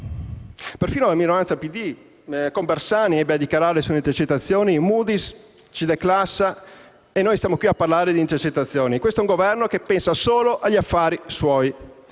Perfino la minoranza del PD, con Bersani, ebbe a dichiarare sulle intercettazioni: «Moody's ci declassa e noi parliamo di intercettazioni. Questo è un Governo che pensa solo agli affari suoi».